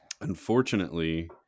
Unfortunately